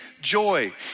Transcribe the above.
joy